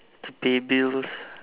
to pay bills